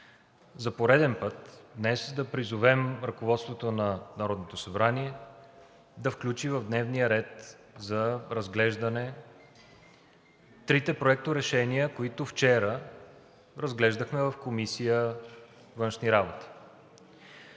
за пореден път днес да призовем ръководството на Народното събрание да включи в дневния ред за разглеждане трите проекторешения, които вчера разглеждахме в Комисията по външна политика.